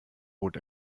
bot